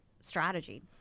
strategy